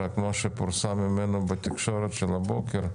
אלא רק מה שפורסם ממנו בתקשורת של הבוקר.